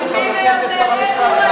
טלב אלסאנע.